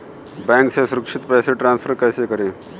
Bank से सुरक्षित पैसे ट्रांसफर कैसे करें?